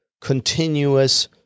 continuous